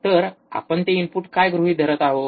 तर आपण ते इनपुट काय गृहीत धरत आहोत